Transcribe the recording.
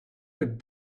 did